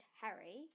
Harry